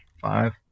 Five